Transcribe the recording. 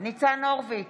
ניצן הורוביץ,